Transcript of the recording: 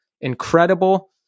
incredible